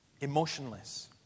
emotionless